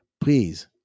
Please